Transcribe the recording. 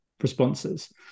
responses